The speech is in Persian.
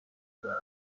برداشت